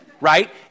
right